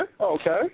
Okay